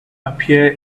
appear